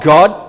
God